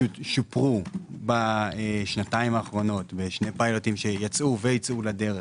שופרו בשנתיים האחרונות בשני פילוטים שיצאו וייצאו לדרך